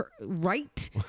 right